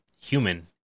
human